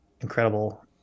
incredible